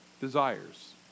desires